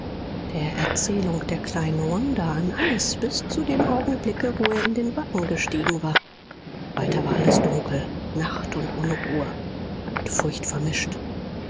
der erzählung der kleinen wanda an alles bis zu dem augenblicke wo er in den wagen gestiegen war weiter war alles dunkel nacht und unruhe mit furcht vermischt